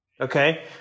okay